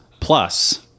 plus